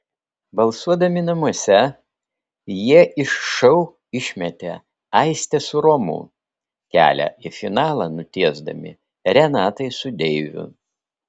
balsuodami namuose jie iš šou išmetė aistę su romu kelią į finalą nutiesdami renatai su deiviu